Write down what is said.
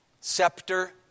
scepter